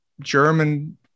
German